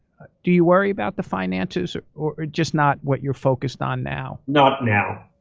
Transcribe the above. do you worry about the finances? or just not what you're focused on now? not now.